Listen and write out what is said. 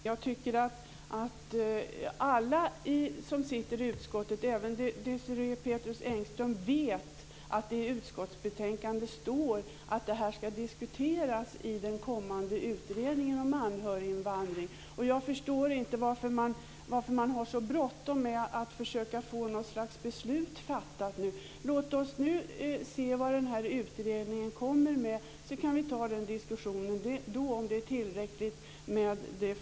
Fru talman! Vi får väl se vad den kommande utredningen ger för resultat. Jag tror att alla som sitter i utskottet, även Desirée Pethrus Engström, vet att det i utskottsbetänkandet står att det här ska diskuteras i den kommande utredningen om anhöriginvandring. Jag förstår inte varför man har så bråttom med att försöka få något slags beslut fattat. Låt oss nu se vad den här utredningen kommer fram till. Då kan vi föra diskussionen om förslaget är tillräckligt.